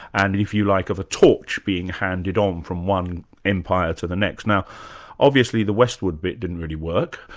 and if you like, of a torch being handed on from one empire to the next. now obviously the westward bit didn't really work,